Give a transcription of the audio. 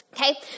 Okay